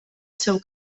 seu